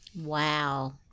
Wow